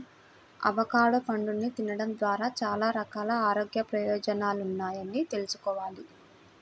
avocado పండుని తినడం ద్వారా చాలా రకాల ఆరోగ్య ప్రయోజనాలున్నాయని తెల్సుకోవాలి